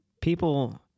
people